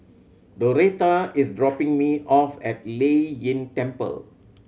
Doretha is dropping me off at Lei Yin Temple